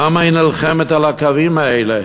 למה היא נלחמת על הקווים האלה?